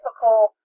typical